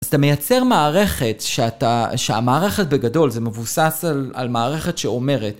אז אתה מייצר מערכת שאתה... המערכת בגדול זה מבוסס על מערכת שאומרת.